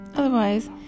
Otherwise